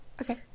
Okay